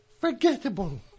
forgettable